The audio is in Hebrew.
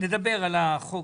שנעביר את החוק